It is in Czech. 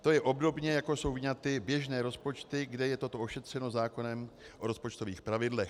To je obdobně, jako jsou vyňaty běžné rozpočty, kde je toto ošetřeno zákonem o rozpočtových pravidlech.